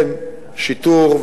שיטור,